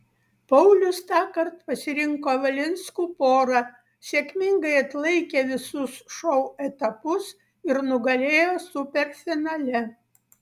paulius tąkart pasirinko valinskų porą sėkmingai atlaikė visus šou etapus ir nugalėjo superfinale